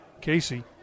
Casey